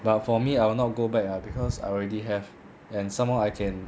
but for me I will not go back ah because I already have and some more I can